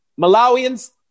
Malawians